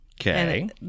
Okay